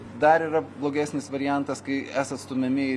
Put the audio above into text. dar yra blogesnis variantas kai esat stumiami į